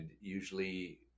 usually